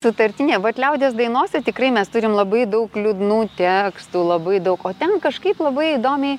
sutartinė vat liaudies dainose tikrai mes turim labai daug liūdnų tekstų labai daug o ten kažkaip labai įdomiai